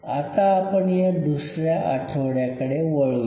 आता आपण या दुसऱ्या आठवड्याकडे वळूया